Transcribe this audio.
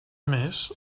més